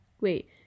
Wait